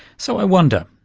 so i wonder,